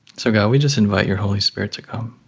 so god, we just invite your holy spirit to come.